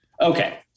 Okay